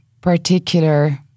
particular